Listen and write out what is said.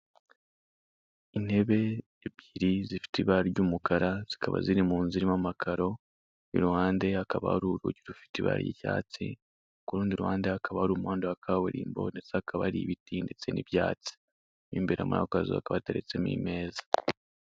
Intebe ebyiri zifite ibara ry'umukara, zikaba ziri mu nzu irimo amakaro, iruhande hakaba hari urugi rufite ibara ry'icyatsi, ku rundi ruhande hakaba hari umuhanda wa kaburimbo, ndetse hakaba hari ibiti ndetse n'ibyatsi. Imbere muri ako kazu hakaba hateretsemo imeza.